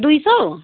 दुई सौ